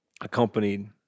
accompanied